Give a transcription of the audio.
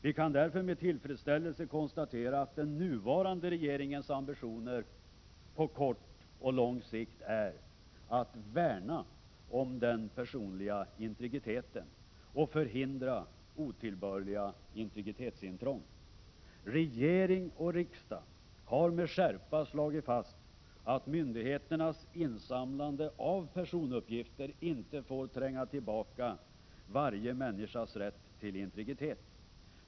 Vi kan därför med tillfredsställelse konstatera att den nuvarande regeringens ambitioner på kort och lång sikt är att värna om den personliga integriteten och förhindra otillbörliga integritetsintrång. Regering och riksdag har med skärpa slagit fast att myndigheternas insamlande av personuppgifter inte får tränga tillbaka varje människas rätt till integritet.